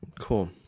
Cool